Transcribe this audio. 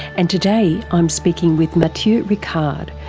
and today i'm speaking with matthieu ricard,